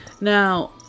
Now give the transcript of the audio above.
now